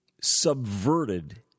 subverted